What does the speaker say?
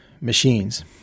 machines